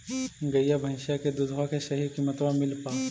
गईया भैसिया के दूधबा के सही किमतबा मिल पा?